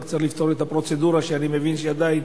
רק צריך לפתור את הפרוצדורה, שאני מבין שעדיין